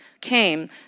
came